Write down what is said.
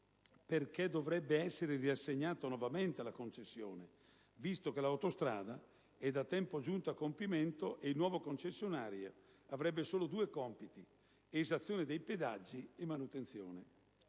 perché dovrebbe essere riassegnata nuovamente la concessione, visto che l'autostrada è da tempo giunta a compimento e il nuovo concessionario avrebbe solo due compiti: esazione dei pedaggi e manutenzione.